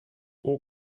haut